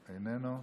איננו,